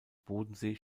bodensee